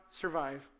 survive